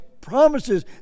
PROMISES